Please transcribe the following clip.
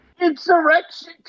Insurrection